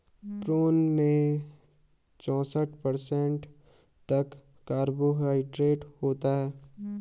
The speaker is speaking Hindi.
प्रून में चौसठ प्रतिशत तक कार्बोहायड्रेट होता है